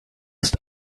ist